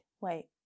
Wait